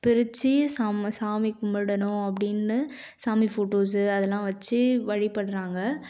பிரிச்சு நம்ம சாமி கும்பிடணும் அப்படின்னு சாமி ஃபோட்டோஸ் அதெல்லாம் வச்சு வழிபடுறாங்க